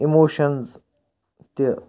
emotions تہِ